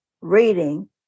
reading